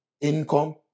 income